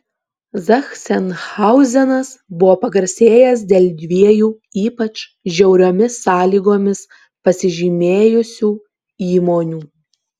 zachsenhauzenas buvo pagarsėjęs dėl dviejų ypač žiauriomis sąlygomis pasižymėjusių įmonių